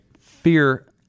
fear